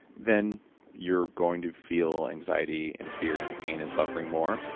then you're going to feel anxiety and fear and pain and suffering more.